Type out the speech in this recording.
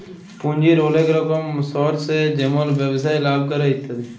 পুঁজির ওলেক রকম সর্স হ্যয় যেমল ব্যবসায় লাভ ক্যরে ইত্যাদি